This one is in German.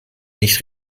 nicht